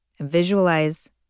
Visualize